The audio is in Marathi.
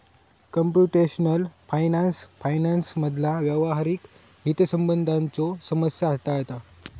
कम्प्युटेशनल फायनान्स फायनान्समधला व्यावहारिक हितसंबंधांच्यो समस्या हाताळता